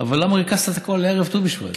אבל למה ריכזת את הכול לערב ט"ו בשבט?